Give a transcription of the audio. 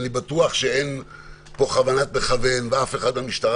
אני בטוח שאין פה כוונת מכוון ואף אחד במשטרה